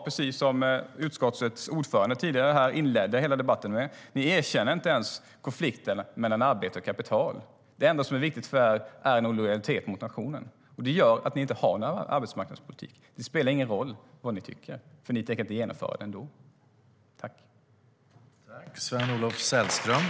Precis som utskottets ordförande inledde hela debatten med att säga erkänner ni inte ens konflikten mellan arbete och kapital. Det enda som är viktigt för er är lojalitet mot nationen, och det gör att ni inte har någon arbetsmarknadspolitik.